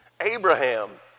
Abraham